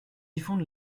fondent